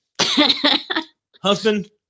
husband